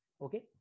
Okay